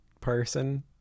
person